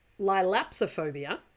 lilapsophobia